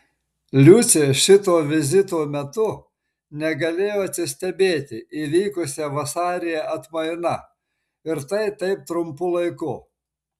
liucė šito vizito metu negalėjo atsistebėti įvykusia vasaryje atmaina ir tai taip trumpu laiku